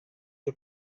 the